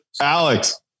Alex